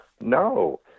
no